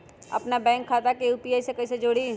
अपना बैंक खाता के यू.पी.आई से कईसे जोड़ी?